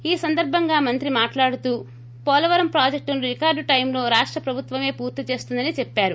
ఈ సందర్భంగా మంత్రి మాట్లాడుతూ పోలవరం ప్రాజెక్టును రికార్డు టైంలో రాష్ట ప్రభుత్వమే పూర్తి చేస్తుందని చెప్పారు